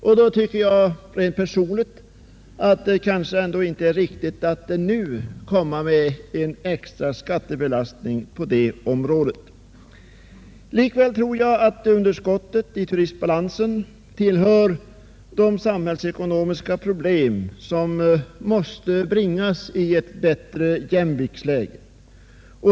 Rent personligen tycker jag då att det kanske nu inte vore riktigt att komma med en extra skattebelastning på det området. Likväl tror jag att underskottet i turistbalansen tillhör de samhällsekonomiska problem som måste bringas i ett bättre jämviktsläge.